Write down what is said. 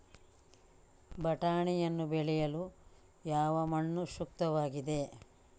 ಬಟಾಣಿಯನ್ನು ಬೆಳೆಯಲು ಯಾವ ಮಣ್ಣು ಸೂಕ್ತವಾಗಿದೆ?